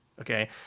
Okay